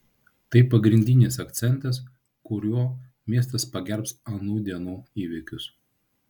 tai pagrindinis akcentas kuriuo miestas pagerbs anų dienų įvykius